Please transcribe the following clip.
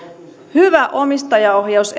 hyvä omistajaohjaus